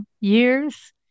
years